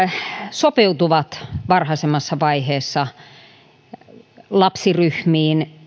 sopeutuvat varhaisemmassa vaiheessa lapsiryhmiin